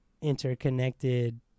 interconnected